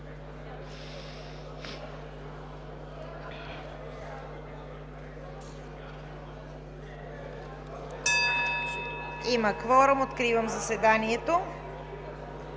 Има кворум. Откривам заседанието.